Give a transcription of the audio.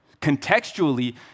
Contextually